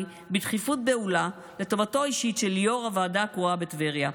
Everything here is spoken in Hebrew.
בדחיפות בהולה לטובתו האישית של יו"ר הוועדה הקרואה בטבריה.